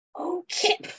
Okay